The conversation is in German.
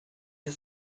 mir